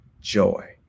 joy